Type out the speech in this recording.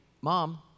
mom